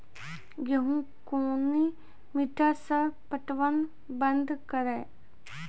गेहूँ कोनी मोटर से पटवन बंद करिए?